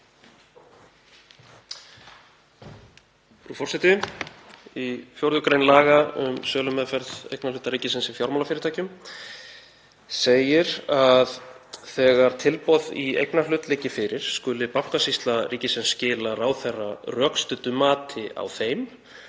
Frú forseti. Í 4. gr. laga um sölumeðferð eignarhluta ríkisins í fjármálafyrirtækjum segir að þegar tilboð í eignarhlut liggi fyrir skuli Bankasýsla ríkisins skila ráðherra rökstuddu mati á þeim.